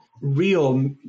real